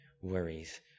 worries